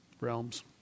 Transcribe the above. realms